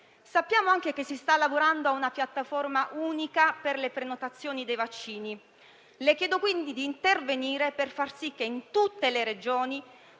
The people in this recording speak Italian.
Sappiamo anche che si sta lavorando a una piattaforma unica per le prenotazioni dei vaccini. Le chiedo quindi di intervenire per far sì che in tutte le Regioni